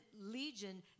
legion